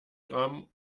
gramm